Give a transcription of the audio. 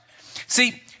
See